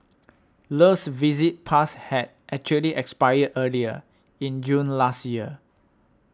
Le's visit pass had actually expired earlier in June last year